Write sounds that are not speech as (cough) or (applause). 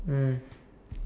mm (breath)